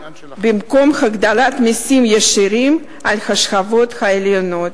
במקום הגדלת מסים ישירים על השכבות העליונות.